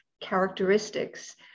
characteristics